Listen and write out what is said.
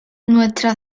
nuestra